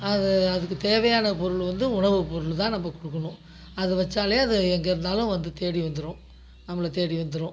அது அதுக்கு தேவயான பொருள் வந்து உணவு பொருள் தான் நம்ம கொடுக்கணும் அதை வச்சாலே அது எங்கேருந்தாலும் வந்து தேடி வந்துடும் நம்மளை தேடி வந்துடும்